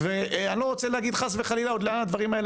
ואני לא רוצה להגיד חס וחלילה עוד לאן הדברים האלו